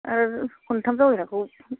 आरो खन्थाम जावैनायखौ